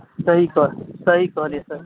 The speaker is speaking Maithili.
सही सर सही कहलियै सर